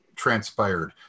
Transpired